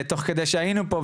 תוך כדי שהיינו פה,